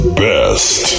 best